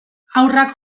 haurrak